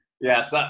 Yes